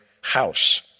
house